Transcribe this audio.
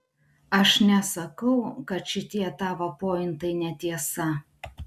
aš nesakau kad šitie tavo pointai netiesa